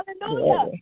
Hallelujah